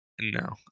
No